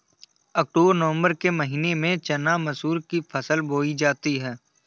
अक्टूबर नवम्बर के महीना में चना मसूर की फसल बोई जाती है?